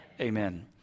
Amen